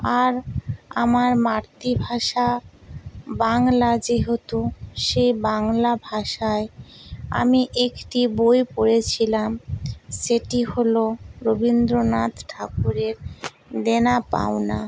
আর আমার মাতৃভাষা বাংলা যেহেতু সে বাংলা ভাষায় আমি একটি বই পড়েছিলাম সেটি হলো রবীন্দ্রনাথ ঠাকুরের দেনা পাওনা